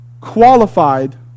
qualified